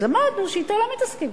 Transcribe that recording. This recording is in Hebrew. אז למדנו שאתו לא מתעסקים.